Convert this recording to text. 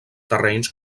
terrenys